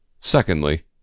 secondly